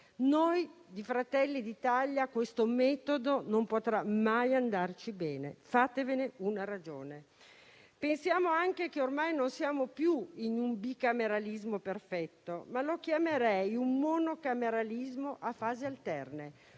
noi di Fratelli d'Italia questo metodo non potrà mai andar bene; fatevene una ragione. Ormai non siamo più in un bicameralismo perfetto, lo chiamerei un monocameralismo a fasi alterne;